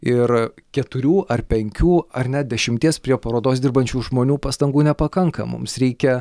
ir keturių ar penkių ar net dešimties prie parodos dirbančių žmonių pastangų nepakanka mums reikia